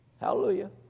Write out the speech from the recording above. Hallelujah